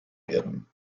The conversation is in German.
werden